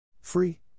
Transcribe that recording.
Free